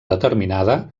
determinada